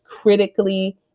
critically